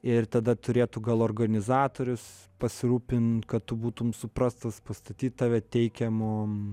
ir tada turėtų gal organizatorius pasirūpint kad tu būtum suprastas pastatyti tave teikiamom